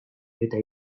eta